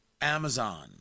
Amazon